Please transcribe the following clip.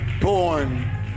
born